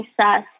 success